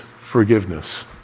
forgiveness